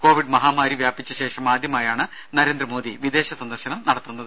Covid മഹാമാരി വ്യാപിച്ച ശേഷം ആദ്യമായാണ് നരേന്ദ്രമോദി വിദേശ സന്ദർശനം നടത്തുന്നത്